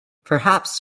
perhaps